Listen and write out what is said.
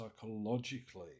psychologically